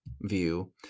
view